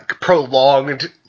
Prolonged